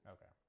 Okay